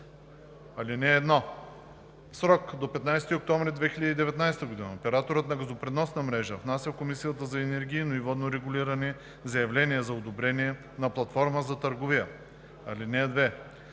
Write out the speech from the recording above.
(1) В срок до 15 октомври 2019 г. операторът на газопреносна мрежа внася в Комисията за енергийно и водно регулиране заявление за одобрение на платформа за търговия. (2)